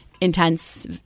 intense